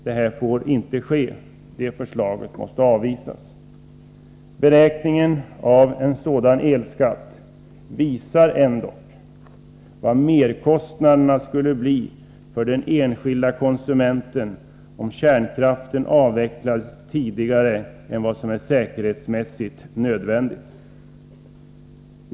Det får inte ske. Förslaget måste avvisas. Beräkningen av en sådan elskatt visar ändock vad merkostnaderna skulle bli för den enskilde konsumenten om kärnkraften avvecklas tidigare än vad som är säkerhetsmässigt nödvändigt.